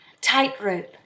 tightrope